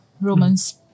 romance